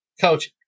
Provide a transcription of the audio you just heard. coach